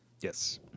Yes